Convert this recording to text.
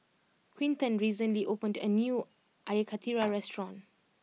Quinton recently opened a new Air Karthira restaurant